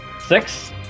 six